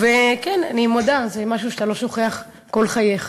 כן, אני מודה, זה משהו שאתה לא שוכח כל חייך.